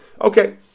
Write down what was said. Okay